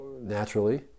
naturally